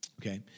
Okay